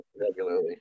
regularly